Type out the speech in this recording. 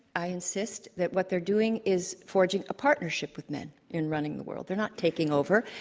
i insist that what they're doing is forging a partnership with men in running the world. they're not taking over.